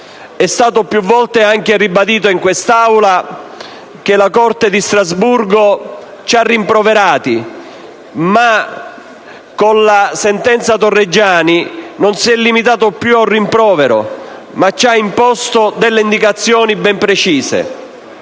È stato più volte anche ribadito in quest'Aula che la Corte di Strasburgo ci ha rimproverati, ma con la sentenza Torreggiani non si è limitata più ad un rimprovero: ci ha imposto indicazioni ben precise.